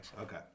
Okay